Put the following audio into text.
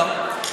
לא.